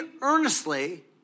earnestly